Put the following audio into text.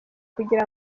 kugira